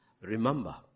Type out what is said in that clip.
remember